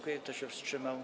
Kto się wstrzymał?